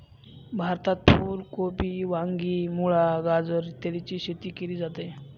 भारतात फुल कोबी, वांगी, मुळा, गाजर इत्यादीची शेती केली जाते